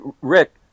Rick